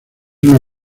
una